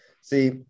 see